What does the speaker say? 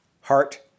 Heart